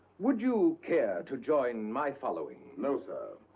would you care to join my following? no, sir.